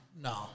No